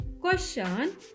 Question